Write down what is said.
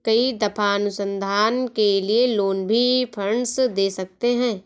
कई दफा अनुसंधान के लिए लोग भी फंडस दे सकते हैं